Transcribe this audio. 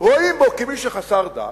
רואים בו כמי שחסר דת,